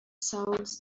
sounds